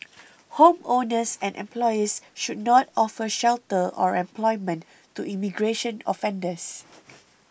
homeowners and employers should not offer shelter or employment to immigration offenders